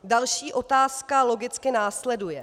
Další otázka logicky následuje.